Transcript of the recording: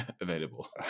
available